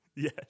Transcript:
Yes